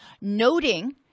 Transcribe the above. noting